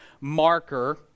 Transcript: marker